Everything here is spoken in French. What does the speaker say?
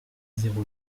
zéro